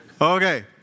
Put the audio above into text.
Okay